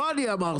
לא אני אמרתי,